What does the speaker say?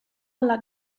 alla